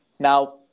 Now